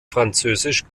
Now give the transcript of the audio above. französisch